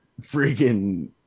freaking